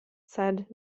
said